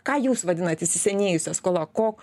ką jūs vadinat įsisenėjusia skola ko